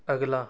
ਅਗਲਾ